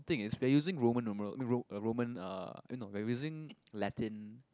thing we're using Roman numeral no ro~ Roman uh eh no we're using Latin